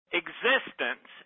existence